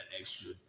extra